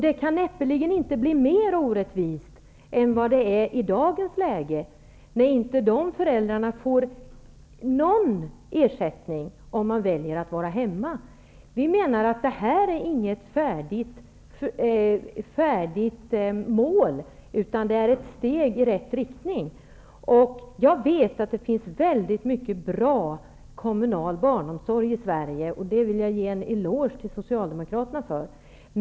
Det kan näppeligen inte bli mer orättvist än vad det är i dagens läge, där inte föräldrar får någon ersättning om de väljer att vara hemma. Vi menar inte att förslaget är något uppnått mål, utan det är ett steg i rätt riktning. Jag vet att det finns mycket bra kommunal barnomsorg i Sverige, och det vill jag ge Socialdemokraterna en eloge för.